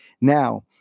Now